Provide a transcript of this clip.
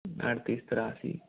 अड़तीस तिरासी